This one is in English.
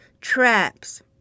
traps